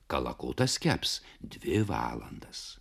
kalakutas keps dvi valandas